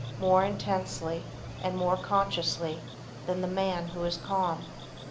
more intensely and more consciously than the man who is calm.